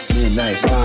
Midnight